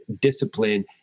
discipline